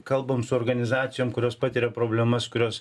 kalbam su organizacijom kurios patiria problemas kurios